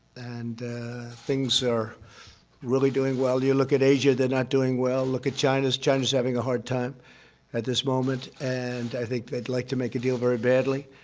and things are really doing well. you look at asia, they're not doing well. look at china china is having a hard time at this moment, and i think they'd like to make a deal very badly.